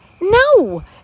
No